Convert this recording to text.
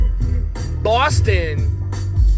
Boston